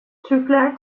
türkler